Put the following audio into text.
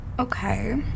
Okay